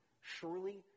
Surely